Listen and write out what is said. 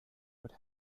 would